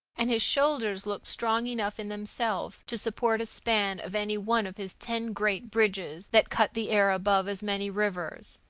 and his shoulders looked strong enough in themselves to support a span of any one of his ten great bridges that cut the air above as many rivers.